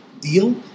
deal